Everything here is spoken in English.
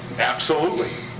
absolutely.